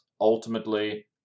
ultimately